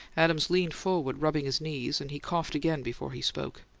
adams leaned forward, rubbing his knees and he coughed again before he spoke.